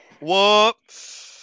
Whoops